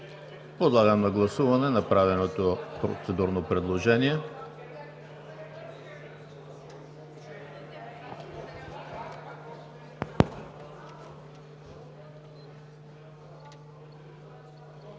Подлагам на гласуване направеното процедурно предложение.